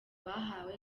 bahawe